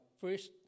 first